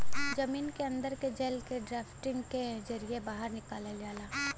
जमीन के अन्दर के जल के ड्राफ्टिंग के जरिये बाहर निकाल जाला